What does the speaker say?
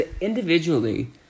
individually